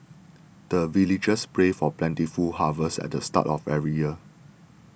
the villagers pray for plentiful harvest at the start of every year